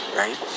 right